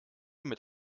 mit